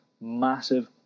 Massive